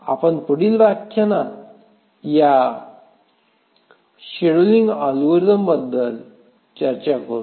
आपण पुढील व्याख्यानात या शेड्यूलिंग अल्गोरिदमबद्दल चर्चा करू